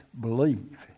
believe